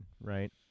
right